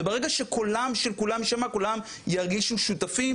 וברגע שקולם של כולם ישמע כולם ירגישו שותפים,